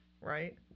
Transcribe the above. Right